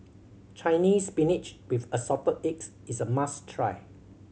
Chinese Spinach with Assorted Eggs is a must try